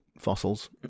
fossils